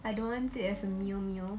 I don't want it as a meal meal